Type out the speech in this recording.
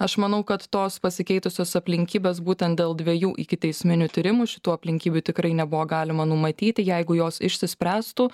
aš manau kad tos pasikeitusios aplinkybės būtent dėl dviejų ikiteisminių tyrimų šitų aplinkybių tikrai nebuvo galima numatyti jeigu jos išsispręstų